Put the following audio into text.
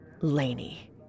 Laney